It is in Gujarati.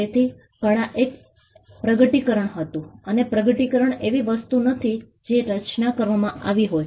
તેથી કળા એ એક પ્રગટીકરણ હતું અને પ્રગટીકરણ એવી વસ્તુ નથી જે રચના કરવામાં આવી હોય